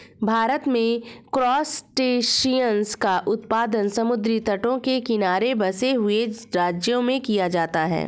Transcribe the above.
भारत में क्रासटेशियंस का उत्पादन समुद्री तटों के किनारे बसे हुए राज्यों में किया जाता है